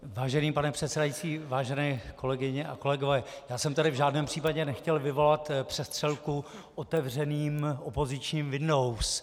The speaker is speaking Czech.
Vážený pane předsedající, vážené kolegyně a kolegové, já jsem tady v žádném případě nechtěl vyvolat přestřelku otevřeným opozičním windows.